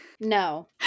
No